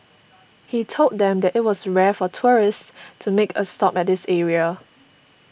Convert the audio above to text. he told them that it was rare for tourists to make a stop at this area